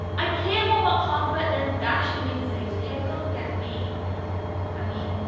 i came over comfort than fashion these days. okay, look at me i mean,